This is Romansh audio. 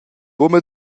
buca